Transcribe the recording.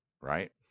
right